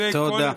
תודה.